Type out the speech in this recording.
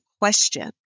question